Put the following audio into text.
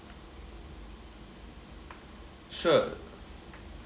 sure